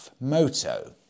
Moto